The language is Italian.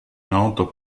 noto